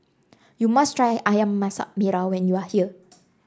you must try ayam Masak Merah when you are here